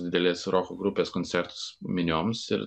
didelės roko grupės koncertus minioms ir